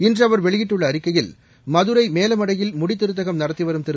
இன்று அவர் வெளியிட்டுள்ள அறிக்கையில் மதுரை மேலமடையில் முடித்திருத்தகம் நடத்திவரும் திரு